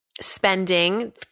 spending